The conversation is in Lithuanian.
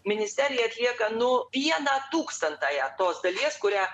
ministerija atlieka nu vieną tūkstantąją tos dalies kurią